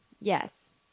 Yes